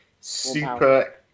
super